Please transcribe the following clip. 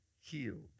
healed